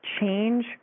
change